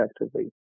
effectively